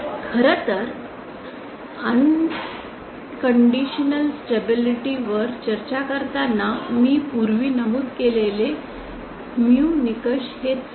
खरं तर unconditional stability वर चर्चा करताना मी पूर्वी नमूद केलेले म्यू निकष हेच होते